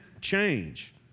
change